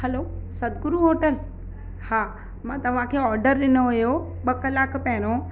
हलो Satguru hotel हा मां तव्हांखे ऑडर ॾिनो हुओ ॿ कलाकु पहिरों